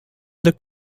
the